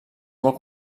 molt